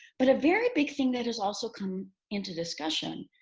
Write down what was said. but a very big thing that has also come into discussion,